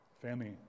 Family